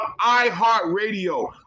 iHeartRadio